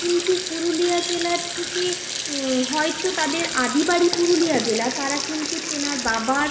কিন্তু পুরুলিয়া জেলার থেকে হয়তো তাদের আদি বাড়ি পুরুলিয়া জেলা তারা কিন্তু তেনার বাবার